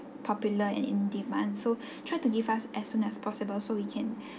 popular and in demand so try to give us as soon as possible so we can